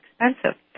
expensive